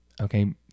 Okay